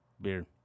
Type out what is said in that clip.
beer